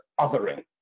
othering